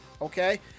okay